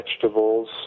vegetables